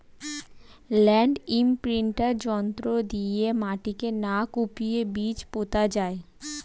land imprinter যন্ত্র দিয়ে মাটিকে না কুপিয়ে বীজ পোতা যায়